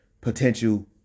potential